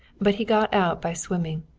but he got out by swimming.